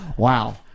Wow